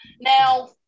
now